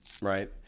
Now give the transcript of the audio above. Right